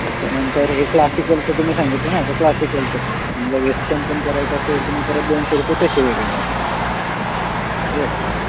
त्याच्यानंतर हे क्लासिकलचं तुम्ही सांगितलं ना तर क्लासिकलचं तुमचं समजा वेस्टन पण करायचं असेल तुम्ही परत दोनशे रुपये त्याचे वेगळे वाढते वेस्टन